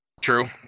True